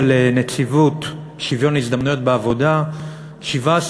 לנציבות שוויון ההזדמנויות בעבודה בגין אפליה על רקע שירות מילואים,